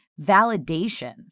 validation